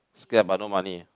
scared about no money